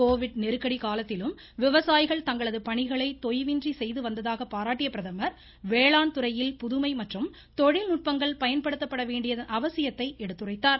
Covid நெருக்கடி காலத்திலும் விவசாயிகள் தங்களது பணிகளை தொய்வின்றி செய்து வந்ததாக பாராட்டிய பிரதமர் வேளாண்துறையில் புதுமை மற்றும் தொழில்நுட்பங்கள் பயன்படுத்தப்பட வேண்டியதன் அவசியத்தையும் எடுத்துரைத்தார்